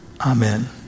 Amen